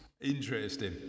Interesting